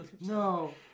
no